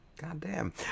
Goddamn